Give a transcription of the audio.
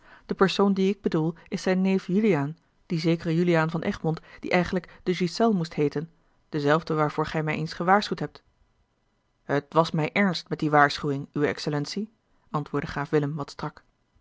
de persoon dien ik bedoel is zijn neef juliaan die zekere juliaan van egmond die eigenlijk de ghiselles moest heeten dezelfde waarvoor gij mij eens gewaarschuwd hebt het was mij ernst met die waarschuwing uwe excellentie antwoordde graaf willem wat strak